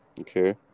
okay